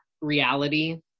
reality